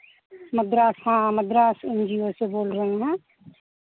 मद्रास हाँ Madras N G O से बोल रहे हैं